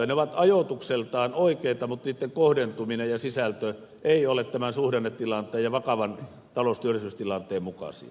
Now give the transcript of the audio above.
ne ovat ajoitukseltaan oikeita mutta niiden kohdentuminen ja sisältö eivät ole tämän suhdannetilanteen ja vakavan talous ja työllisyystilanteen mukaisia